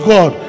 God